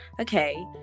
Okay